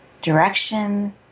direction